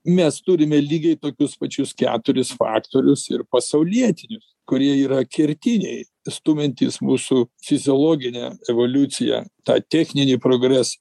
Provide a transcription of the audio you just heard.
mes turime lygiai tokius pačius keturis faktorius ir pasaulietinius kurie yra kertiniai stumiantys mūsų fiziologinę evoliuciją tą techninį progres